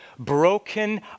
Broken